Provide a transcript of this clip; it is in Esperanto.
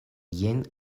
jen